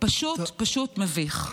פשוט פשוט מביך.